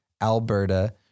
Alberta